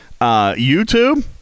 YouTube